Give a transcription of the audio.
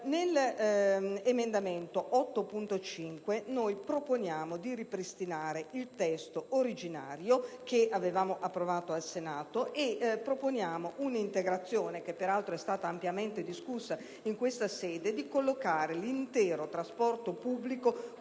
l'emendamento 8.5 noi proponiamo di ripristinare il testo originario che avevamo approvato al Senato. Proponiamo inoltre un'integrazione, che peraltro è stata ampiamente discussa in questa sede: collocare l'intero trasporto pubblico